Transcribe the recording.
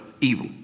evil